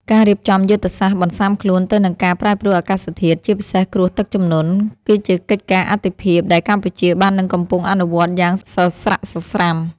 ការរៀបចំយុទ្ធសាស្ត្របន្ស៊ាំខ្លួនទៅនឹងការប្រែប្រួលអាកាសធាតុ ជាពិសេសគ្រោះទឹកជំនន់ គឺជាកិច្ចការអាទិភាពដែលកម្ពុជាបាននឹងកំពុងអនុវត្តយ៉ាងសស្រាក់សស្រាំ។